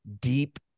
deep